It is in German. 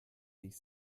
dich